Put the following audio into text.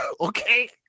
okay